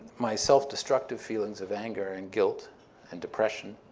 my self-destructive feelings of anger and guilt and depression,